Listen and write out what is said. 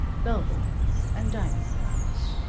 bell-boys and dining-room hours.